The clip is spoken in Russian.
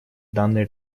данной